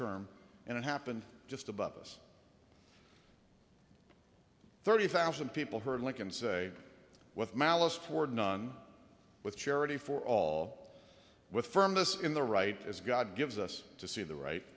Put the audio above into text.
term and it happened just above us thirty thousand people heard lincoln say with malice toward none with charity for all with firmness in the right as god gives us to see the right